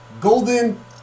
Golden